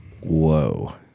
whoa